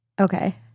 Okay